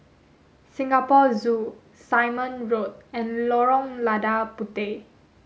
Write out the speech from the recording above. Singapore Zoo Simon Road and Lorong Lada Puteh